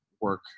work